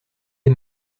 des